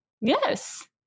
Yes